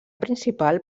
principal